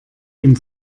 ihm